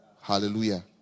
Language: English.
Hallelujah